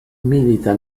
milita